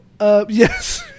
Yes